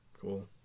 Cool